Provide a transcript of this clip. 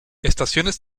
estaciones